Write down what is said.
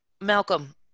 Malcolm